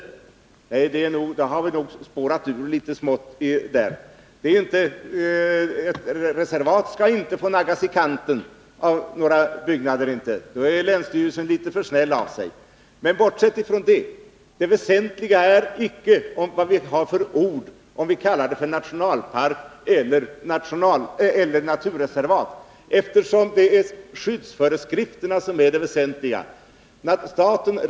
Skulle så vara fallet har vi nog spårat ur litet grand. Ett reservat skall inte få naggas i kanten av några byggnader. Då är länsstyrelsen litet för snäll. Men bortsett från det: Det väsentliga är icke benämningen, om vi kallar det nationalpark eller naturreservat. Det är skyddsföreskrifterna som är det väsentliga.